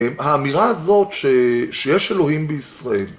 האמירה הזאת שיש אלוהים בישראל